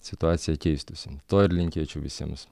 situacija keistųsi to ir linkėčiau visiems